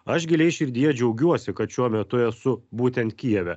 aš giliai širdyje džiaugiuosi kad šiuo metu esu būtent kijeve